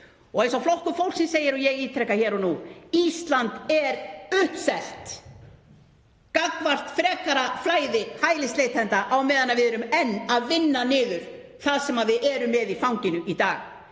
Eins og Flokkur fólksins segir og ég ítreka hér og nú: Ísland er uppselt gagnvart frekara flæði hælisleitenda á meðan við erum enn að vinna niður það sem við erum með í fanginu í dag.